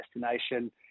destination